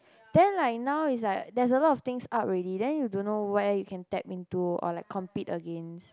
then like now is like there's a lot of things up already then you don't know where you can tap into or like compete against